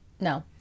no